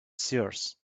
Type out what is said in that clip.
seers